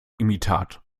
imitat